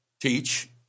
teach